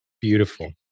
Beautiful